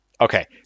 Okay